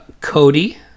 Cody